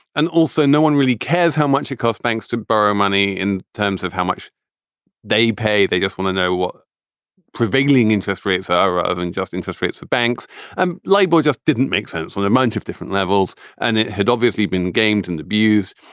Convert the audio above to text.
and also, no one really cares how much it cost banks to borrow money in terms of how much they pay they just want to know what prevailing interest rates are are ah of unjust interest rates for banks and labor just didn't make sense and the amount of different levels and it had obviously been gamed and abuse.